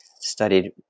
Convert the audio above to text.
studied